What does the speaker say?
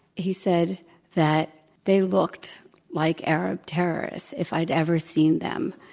he said that they looked like arab terrorists if i'd ever seen them,